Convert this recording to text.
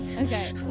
Okay